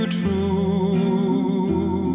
true